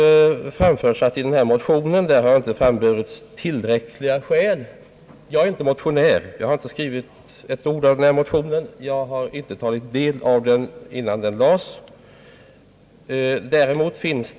Det har framhållits att i motionen inte har anförts tillräckliga skäl. Jag är inte motionär, jag har inte skrivit ett ord i motionen och har inte heller tagit del av den innan den lades fram.